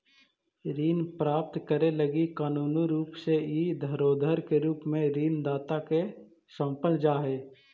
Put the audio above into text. ऋण प्राप्त करे लगी कानूनी रूप से इ धरोहर के रूप में ऋण दाता के सौंपल जा हई